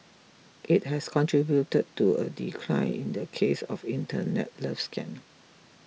it has contributed to a decline in the cases of Internet love scams